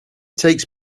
takes